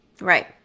right